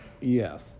yes